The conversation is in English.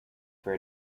for